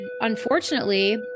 unfortunately